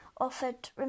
offered